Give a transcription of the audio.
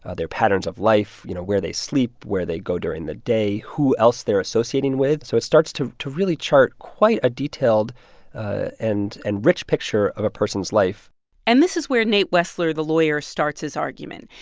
ah their patterns of life, you know, where they sleep, where they go during the day, who else they're associating with. so it starts to to really chart quite a detailed ah and and rich picture of a person's life and this is where nate wessler the lawyer starts his argument.